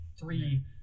three